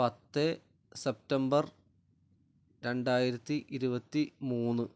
പത്ത് സെപ്റ്റംബർ രണ്ടായിരത്തി ഇരുപത്തി മൂന്ന്